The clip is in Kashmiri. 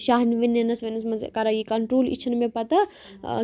شاہ نِنَس وِنَس منٛز کَران یہِ کنٛٹرول یہِ چھَنہٕ مےٚ پَتہٕ